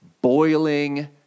boiling